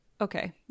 okay